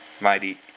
mighty